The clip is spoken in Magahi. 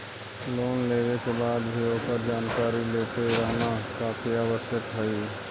लोन लेवे के बाद भी ओकर जानकारी लेते रहना काफी आवश्यक हइ